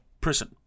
Prison